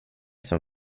som